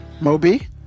Moby